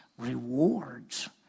rewards